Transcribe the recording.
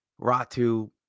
Ratu